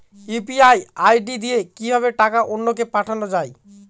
UPI ID দিয়ে কিভাবে টাকা অন্য কে পাঠানো যায়?